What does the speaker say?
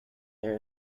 there